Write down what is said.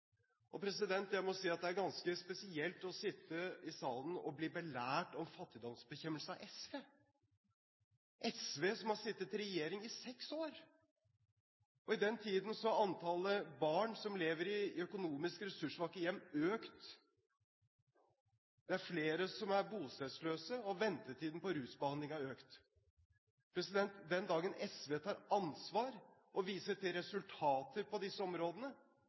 Jeg må si at det er ganske spesielt å sitte i salen og bli belært om fattigdomsbekjempelse av SV, SV som har sittet i regjering i seks år, og i den tiden har antallet barn som lever i økonomisk ressurssvake hjem, økt, det er flere som er bostedsløse, og ventetiden på rusbehandling har økt. Den dagen SV tar ansvar og viser til resultater på disse områdene,